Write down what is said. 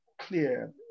clear